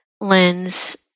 lens